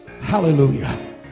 Hallelujah